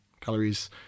Calories